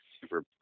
super